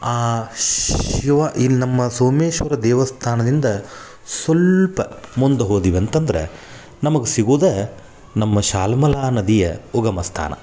ಆ ಶಿವ ಇಲ್ಲಿ ನಮ್ಮ ಸೋಮೇಶ್ವರ ದೇವಸ್ಥಾನದಿಂದ ಸ್ವಲ್ಪ ಮುಂದೆ ಹೋದೆವಂತಂದ್ರೆ ನಮ್ಗೆ ಸಿಗೋದೇ ನಮ್ಮ ಶಾಲ್ಮಲಾ ನದಿಯ ಉಗಮಸ್ಥಾನ